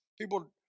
People